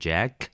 Jack